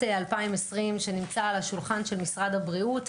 2020 שנמצא על השולחן של משרד הבריאות,